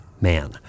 man